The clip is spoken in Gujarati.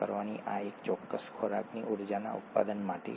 આમાંની કેટલીક શરતો તમને પરિચિત હશે